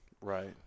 Right